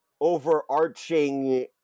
overarching